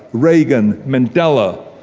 reagan, mandela.